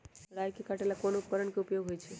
राई के काटे ला कोंन उपकरण के उपयोग होइ छई?